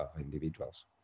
individuals